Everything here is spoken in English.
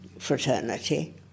fraternity